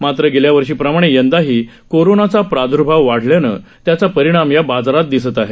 मात्र गेल्या वर्षी प्रमाणे यंदाही कोरोनाचा प्रादर्भाव वाढल्यानं त्याचा परिणाम या बाजारात दिसत आहे